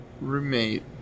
roommate